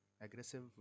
aggressive